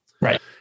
Right